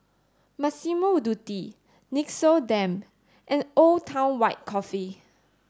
Massimo Dutti Nixoderm and Old Town White Coffee